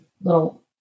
little